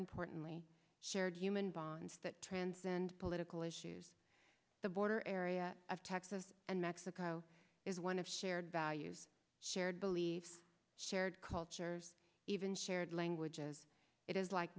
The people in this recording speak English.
importantly shared human bonds that transcend political issues the border area of texas and mexico is one of shared values shared beliefs shared cultures even shared languages it is like